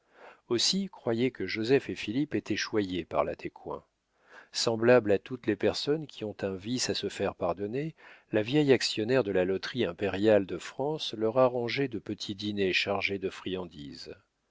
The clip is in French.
aussi croyez que joseph et philippe étaient choyés par la descoings semblable à toutes les personnes qui ont un vice à se faire pardonner la vieille actionnaire de la loterie impériale de france leur arrangeait de petits dîners chargés de friandises